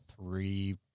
three